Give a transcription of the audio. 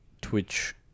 Twitch